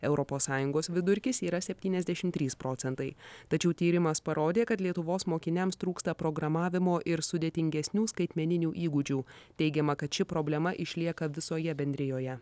europos sąjungos vidurkis yra septyniasdešim trys procentai tačiau tyrimas parodė kad lietuvos mokiniams trūksta programavimo ir sudėtingesnių skaitmeninių įgūdžių teigiama kad ši problema išlieka visoje bendrijoje